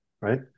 right